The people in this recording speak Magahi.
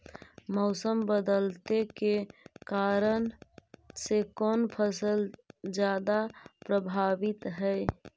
मोसम बदलते के कारन से कोन फसल ज्यादा प्रभाबीत हय?